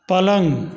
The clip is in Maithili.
पलङ्ग